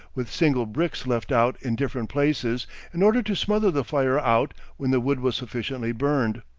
with single bricks left out in different places in order to smother the fire out when the wood was sufficiently burned.